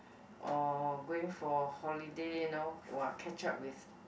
or going for holiday you know !wah! catch up with